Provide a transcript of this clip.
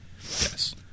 Yes